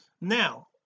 now